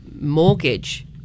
mortgage